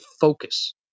focus